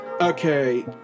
okay